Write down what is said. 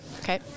Okay